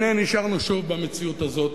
הנה, נשארנו שוב במציאות הזאת.